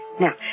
Now